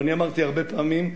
ואני אמרתי הרבה פעמים,